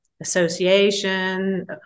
association